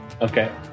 Okay